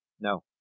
No